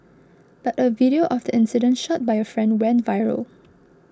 but a video of the incident shot by a friend went viral